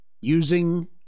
using